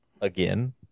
again